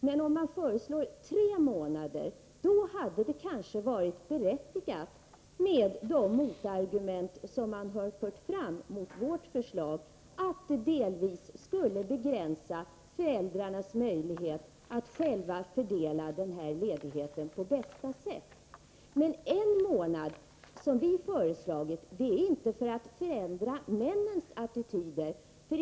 Men med förslaget tre månader hade det kanske varit berättigat med de motargument som har förts fram mot vårt förslag, att det delvis skulle begränsa föräldrarnas möjlighet att själva fördela ledigheten på bästa sätt. Vårt förslag på en månad är inte till för att förändra mäns attityder.